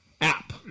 app